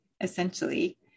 essentially